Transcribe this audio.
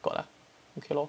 got ah ok lor